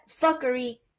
fuckery